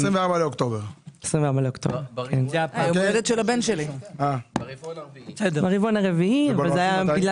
24.10. ברבעון הרביעי וזה היה בגלל